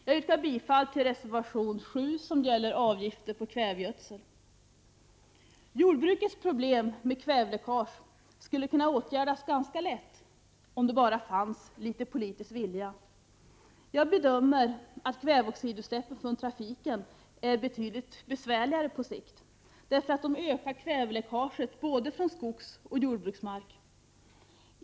Jag yrkar bifall till reservation 7 som gäller avgifter på kvävegödsel. Om det bara fanns någon politisk vilja skulle jordbrukets problem med kväveläckage kunna åtgärdas ganska lätt. Jag bedömer att kväveoxidutsläppen från trafiken är betydligt besvärligare att åtgärda på sikt, eftersom de ökar läckaget från både skogsoch jordbruksmark.